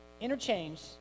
interchange